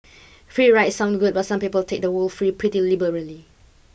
free rides sound good but some people take the word free pretty liberally